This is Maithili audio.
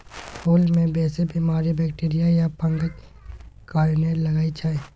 फुल मे बेसी बीमारी बैक्टीरिया या फंगसक कारणेँ लगै छै